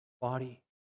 body